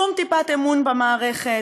שום טיפת אמון במערכת,